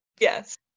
Yes